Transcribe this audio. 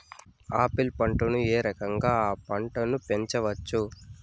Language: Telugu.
ఆపిల్ పంటను ఏ రకంగా అ పంట ను పెంచవచ్చు?